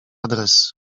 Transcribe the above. adres